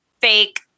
fake